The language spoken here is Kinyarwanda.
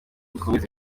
dukomeze